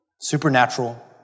supernatural